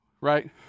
right